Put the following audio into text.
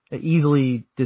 easily